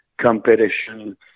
competition